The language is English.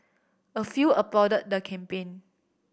a few applaud the campaign